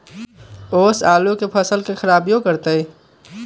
ओस आलू के फसल के खराबियों करतै?